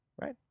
right